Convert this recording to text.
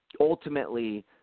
ultimately